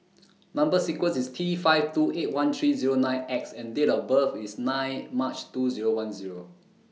Number sequence IS T five two eight one three nine X and Date of birth IS nine March two Zero one Zero